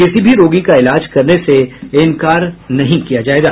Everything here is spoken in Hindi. किसी भी रोगी का इलाज करने से इंकार नहीं किया जाएगा